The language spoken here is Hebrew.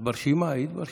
דקות לרשותך, בבקשה.